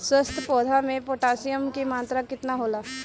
स्वस्थ पौधा मे पोटासियम कि मात्रा कितना होला?